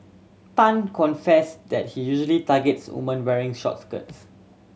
Tan confessed that he usually targets woman wearing short skirts